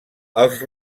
els